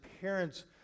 parents